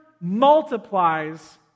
multiplies